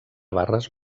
barres